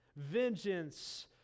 Vengeance